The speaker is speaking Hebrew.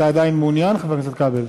אתה עדיין מעוניין, חבר הכנסת כבל?